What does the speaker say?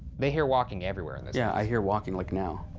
they hear walking everywhere. yeah, i hear walking like now.